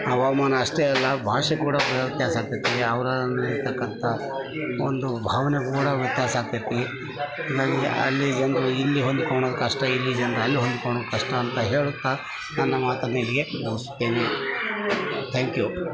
ಹವಾಮಾನ ಅಷ್ಟೇ ಅಲ್ಲ ಭಾಷೆ ಕೂಡಾ ವ್ಯತ್ಯಾಸ ಆಕ್ತದೆ ಅವರಲ್ಲಿರ್ತಕ್ಕಂಥ ಒಂದು ಭಾವನೆ ಕೂಡ ವ್ಯತ್ಯಾಸ ಆಕ್ತದೆ ಹೀಗಾಗಿ ಅಲ್ಲಿ ಜನರು ಇಲ್ಲಿ ಹೊಂದ್ಕೊಳೋದ್ ಕಷ್ಟ ಇಲ್ಲಿ ಜನರು ಅಲ್ಲಿ ಹೊಂದ್ಕೊಳೋದ್ ಕಷ್ಟ ಅಂತ ಹೇಳುತ್ತಾ ನನ್ನ ಮಾತನ್ನು ಇಲ್ಲಿಗೆ ಮುಗಿಸುತ್ತೇನೆ ಥ್ಯಾಂಕ್ ಯು